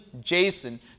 Jason